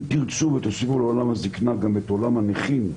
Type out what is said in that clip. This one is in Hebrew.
אם תרצו ותוסיפו לעולם הזקנה גם את עולם הנכים,